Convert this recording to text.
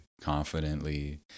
confidently